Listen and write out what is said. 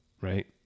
right